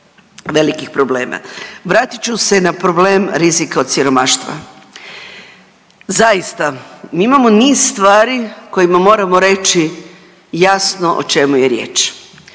velikih problema. Vratit ću se na problem rizika od siromaštva. Zaista imamo niz stvari kojima moramo reći jasno o čemu je riječ.